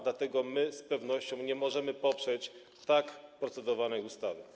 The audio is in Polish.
Dlatego z pewnością nie możemy poprzeć tak procedowanej ustawy.